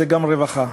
זה גם רווחה.